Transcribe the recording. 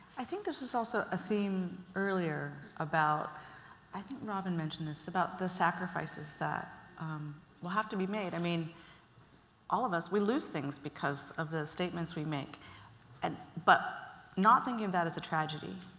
i think this is also a theme earlier about i think robin mentioned this about the sacrifices that will have to be made. i mean all of us, we lose things because of the statements we make and but not thinking of that as a tragedy.